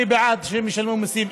אני בעד שהם ישלמו מיסים,